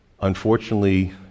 unfortunately